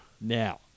Now